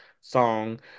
song